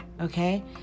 okay